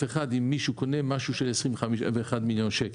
אחד אם מישהו קונה משהו של 21 מיליון שקל.